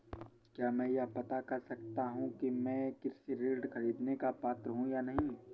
क्या मैं यह पता कर सकता हूँ कि मैं कृषि ऋण ख़रीदने का पात्र हूँ या नहीं?